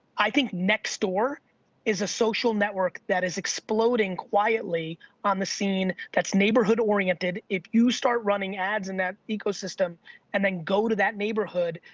i think next door is a social network that is exploding quietly on the scene that's neighborhood oriented. if you start running ads in that ecosystem and then go to that neighborhood,